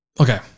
okay